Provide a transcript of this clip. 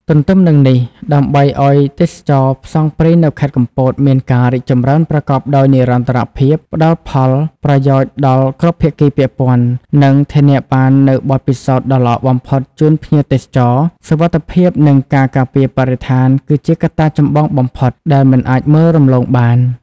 ទទ្ទឹមនឹងនេះ ដើម្បីឱ្យទេសចរណ៍ផ្សងព្រេងនៅខេត្តកំពតមានការរីកចម្រើនប្រកបដោយនិរន្តរភាព ផ្ដល់ផលប្រយោជន៍ដល់គ្រប់ភាគីពាក់ព័ន្ធ និងធានាបាននូវបទពិសោធន៍ដ៏ល្អបំផុតជូនភ្ញៀវទេសចរ សុវត្ថិភាពនិងការការពារបរិស្ថានគឺជាកត្តាចម្បងបំផុតដែលមិនអាចមើលរំលងបាន។